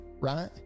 right